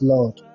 Lord